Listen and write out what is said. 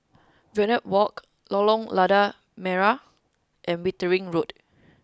Verde Walk Lorong Lada Merah and Wittering Road